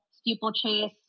steeplechase